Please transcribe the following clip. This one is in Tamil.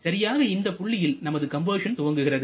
சரியாக இந்த புள்ளியில் நமது கம்பஷன் துவங்குகிறது